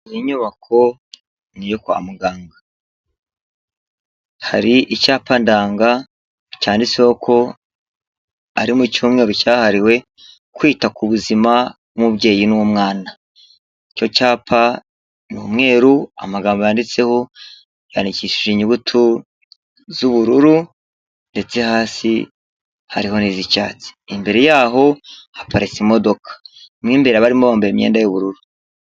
Iyi nyubako ni iyo kwa muganga. Hari icyapa ndanga, cyanditseho ko ari mu cyumweru cyahariwe kwita ku buzima bw'umubyeyi n'umwana. Icyo cyapa ni umweru, amagambo yanditseho, yandikishije inyuguti z'ubururu, ndetse hasi hariho n'iz'icyatsi. Imbere yaho, hapatse imodoka; mw'imbere abarimo bambaye imyenda y'ubururu.